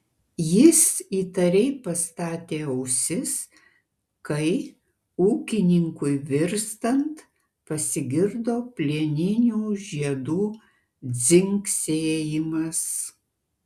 jis įtariai pastatė ausis kai ūkininkui virstant pasigirdo plieninių žiedų dzingsėjimas